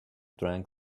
drank